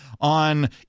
on